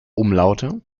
umlaute